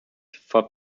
for